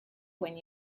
when